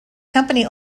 company